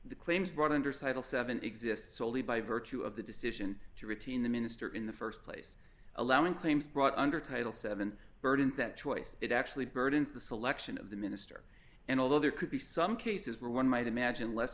the claims brought under saddle seven exists only by virtue of the decision to retain the minister in the st place allowing claims brought under title seven burdens that choice it actually burdens the selection of the minister and although there could be some cases where one might imagine less